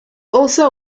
also